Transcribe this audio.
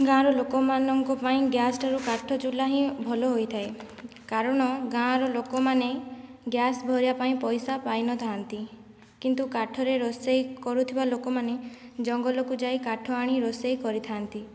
ଗାଁର ଲୋକମାନଙ୍କ ପାଇଁ ଗ୍ୟାସ ଠାରୁ କଠାଚୁଲା ହିଁ ଭଲ ହୋଇଥାଏ କାରଣ ଗାଁର ଲୋକମାନେ ଗ୍ୟାସ ଭରିବା ପାଇଁ ପଇସା ପାଇନଥାନ୍ତି କିନ୍ତୁ କାଠରେ ରୋଷେଇ କରୁଥିବା ଲୋକମାନେ ଜଙ୍ଗଲକୁ ଯାଇ କାଠ ହାଣି ରୋଷେଇ କରିଥାନ୍ତି